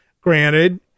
Granted